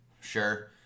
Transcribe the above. sure